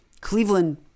Cleveland